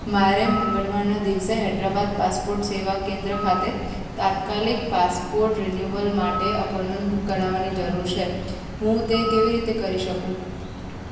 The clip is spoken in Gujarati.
મારે મંગળવારના દિવસે હૈદરાબાદ પાસપોટ સેવા કેન્દ્ર ખાતે તાત્કાલિક પાસપોટ રીન્યુઅલ માટે એપોઇન્ટમેન્ટ બુક કરાવવાની જરૂર છે હું તે કેવી રીતે કરી શકું